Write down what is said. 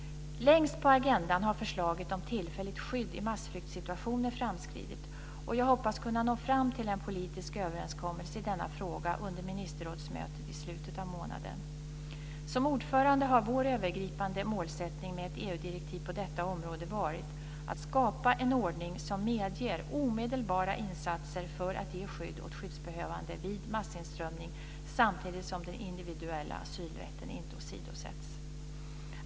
Längst på agendan har förslaget om tillfälligt skydd i massflyktssituationer framskridit, och jag hoppas att kunna nå fram till en politisk överenskommelse i denna fråga under ministerrådsmötet i slutet av månaden. Som ordförande har vår övergripande målsättning med ett EU-direktiv på detta område varit att skapa en ordning som medger omedelbara insatser för att ge skydd åt skyddsbehövande vid massinströmning, samtidigt som den individuella asylrätten inte åsidosätts.